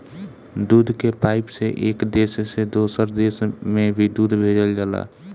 दूध के पाइप से एक देश से दोसर देश में भी दूध भेजल जाला